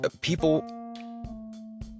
people